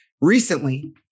recently